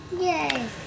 Yay